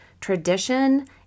tradition